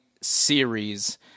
series